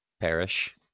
Perish